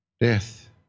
death